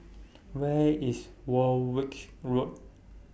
Where IS Warwick Road